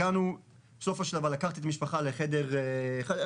הגענו בסופו של דבר לקחתי את המשפחה לחדר בדיקה